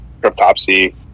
Cryptopsy